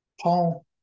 Paul